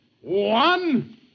One